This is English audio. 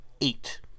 eight